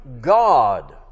God